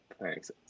Thanks